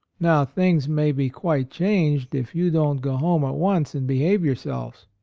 now things may be quite changed, if you don't go home at once and behave yourselves.